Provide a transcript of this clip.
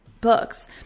books